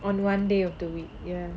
on one day of the week ya